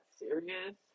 serious